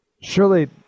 Surely